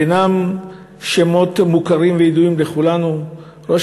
וביניהם שמות מוכרים וידועים לכולנו: ראש